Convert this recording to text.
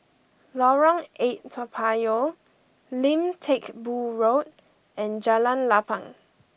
Lorong eight Toa Payoh Lim Teck Boo Road and Jalan Lapang